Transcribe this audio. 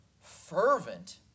fervent